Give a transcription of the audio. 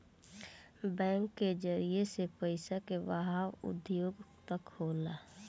bank के जरिए से पइसा के बहाव उद्योग तक होला